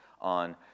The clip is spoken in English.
on